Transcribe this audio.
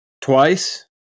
twice